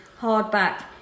hardback